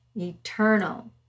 eternal